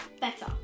better